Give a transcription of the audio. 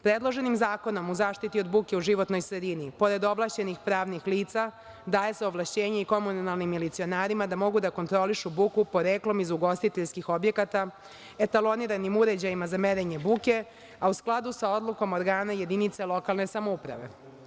Predloženim zakonom o zaštiti od buke u životnoj sredini, pored ovlašćenih pravnih lica, daje se ovlašćenje i komunalnim milicionarima da mogu da kontrolišu buku poreklom iz ugostiteljskih objekata, etaloniranim uređajima za merenje buke, a u skladu sa odlukom organa jedinica lokalne samouprave.